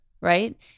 right